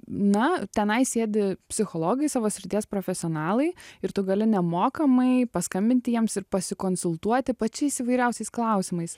na tenai sėdi psichologai savo srities profesionalai ir tu gali nemokamai paskambinti jiems ir pasikonsultuoti pačiais įvairiausiais klausimais